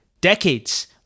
decades